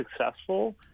successful